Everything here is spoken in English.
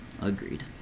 Agreed